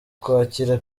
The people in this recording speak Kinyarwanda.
kwakira